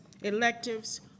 electives